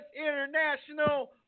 International